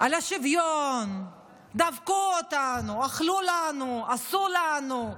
על השוויון, דפקו אותנו, אכלו לנו, עשו לנו,